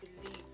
believe